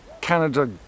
Canada